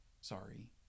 sorry